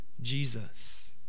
Jesus